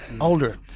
older